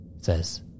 says